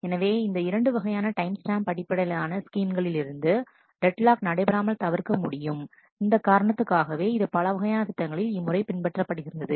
எனவே இந்த இரண்டு வகையான டைம் ஸ்டாம்ப் அடிப்படையிலான ஸ்கீம்களிலிருந்து டெட்லாக் நடைபெறாமல் தவிர்க்க முடியும் இந்த காரணத்துக்காகவே இது பலவகையான திட்டங்களில் இம்முறை பின்பற்றப்படுகிறது